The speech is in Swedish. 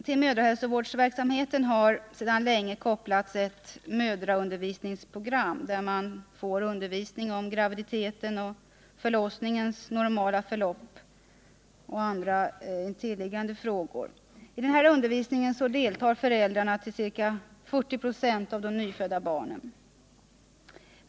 Till mödrahälsovårdsverksamheten har sedan länge kopplats ett mödraundervisningsprogram, där man får undervisning om graviditetens och förlossningens normala förlopp, näringsfrågor m.m. I denna undervisning deltar föräldrarna till ca 40 96 av de nyfödda barnen.